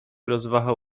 rozwahał